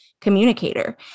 communicator